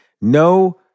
No